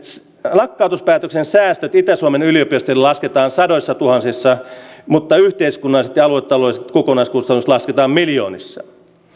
lakkautuspäätöksen säästöt itä suomen yliopistolle lasketaan sadoissatuhansissa mutta yhteiskunnalliset ja aluetaloudelliset kokonaiskustannukset lasketaan miljoonissa